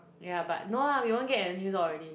yeah but no lah we won't get a new dog already